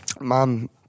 mom